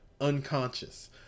Unconscious